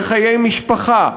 לחיי משפחה,